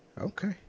Okay